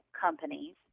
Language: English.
companies